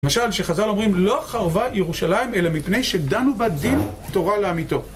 למשל, שחז״ל אומרים לא חרבה ירושלים, אלא מפני שדנו בדין תורה לעמיתו.